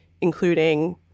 including